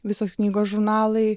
visos knygos žurnalai